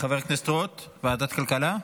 חבר הכנסת רוט, ועדת הכלכלה?